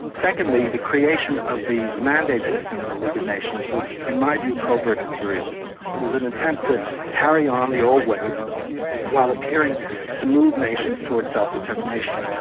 secondly, the creation of the mandate system in the league of nations was in my view coal-driven imperialism. it was an attempt to carry on the old ways while appearing to move nations to a self-determination.